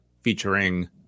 featuring